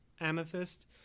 Amethyst